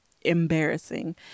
embarrassing